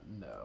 No